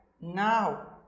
Now